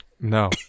No